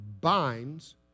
binds